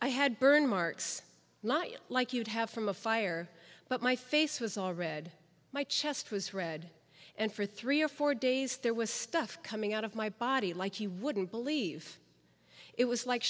i had burn marks not you like you'd have from a fire but my face was all red my chest was red and for three or four days there was stuff coming out of my body like you wouldn't believe it was like